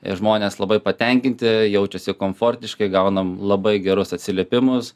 ir žmonės labai patenkinti jaučiasi komfortiškai gaunam labai gerus atsiliepimus